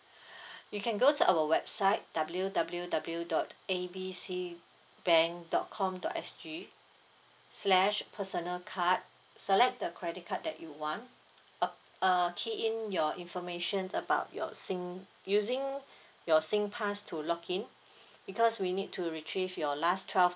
you can go to our website W_W_W dot A B C bank dot com dot S_G slash personal card select the credit card that you want uh err key in your information about your sing using your singpass to log in because we need to retrieve your last twelve